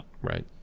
right